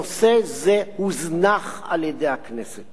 נושא זה הוזנח על-ידי הכנסת